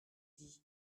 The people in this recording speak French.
dit